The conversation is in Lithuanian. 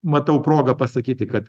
matau progą pasakyti kad